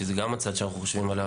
כי זה גם צד שאנו חושבים עליו.